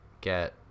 get